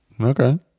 Okay